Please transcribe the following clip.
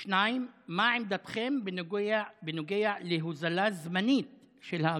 2. מה עמדתכם בנוגע להוזלה זמנית של האגרה?